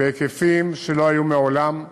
בהיקפים שלא היו מעולם.